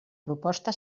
proposta